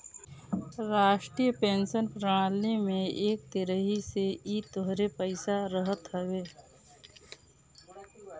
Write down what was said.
राष्ट्रीय पेंशन प्रणाली में एक तरही से इ तोहरे पईसा रहत हवे